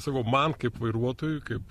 sakau man kaip vairuotojui kaip